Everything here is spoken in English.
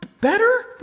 better